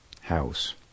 house